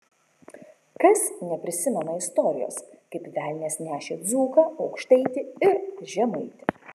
kas neprisimena istorijos kaip velnias nešė dzūką aukštaitį ir žemaitį